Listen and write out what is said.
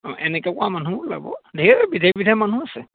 অঁ এনেকে কোৱা মানুহো ওলাব ধেৰ বিধে বিধে মানুহ আছে